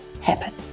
happen